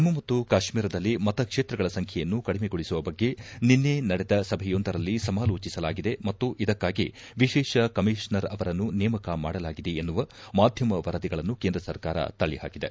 ಜಮ್ನು ಮತ್ತು ಕಾಶ್ನೀರದಲ್ಲಿ ಮತ ಕ್ಷೇತ್ರಗಳ ಸಂಖ್ಯೆಯನ್ನು ಕಡಿಮೆಗೊಳಿಸುವ ಬಗ್ಗೆ ನಿನ್ನೆ ಯೊಂದರಲ್ಲಿ ಸಮಾಲೋಚಿಸಲಾಗಿದೆ ಮತ್ತು ಇದಕ್ಕಾಗಿ ವಿಶೇಷ ಕಮೀಷನರ್ ಅವರನ್ನು ನೇಮಕ ಮಾಡಲ ಮಾಧ್ಯಮ ವರದಿಗಳನ್ನು ಕೇಂದ್ರ ಸರ್ಕಾರ ತಳ್ಲಿಹಾಕಿದೆ